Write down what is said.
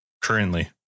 currently